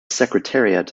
secretariat